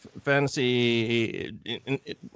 fantasy